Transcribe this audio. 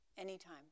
Anytime